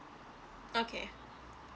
okay